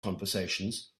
conversations